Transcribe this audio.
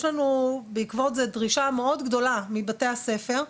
יש לנו בעקבות זה דרישה מאוד גדולה מבתי הספר,